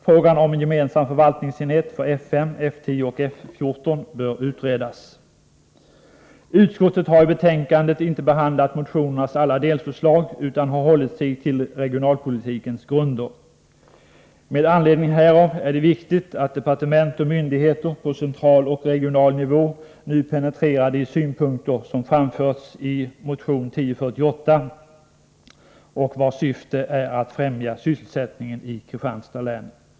Frågan om en gemensam förvaltningsenhet för F 5, F 10 och F 14 bör utredas. Utskottet har i betänkandet inte behandlat motionernas alla delförslag utan har hållit sig till regionalpolitikens grunder. Med anledning härav är det viktigt att departement och myndigheter på central och regional nivå penetrerar de synpunkter som framförs i motion 1048, vars syfte är att främja sysselsättningen i Kristianstads län.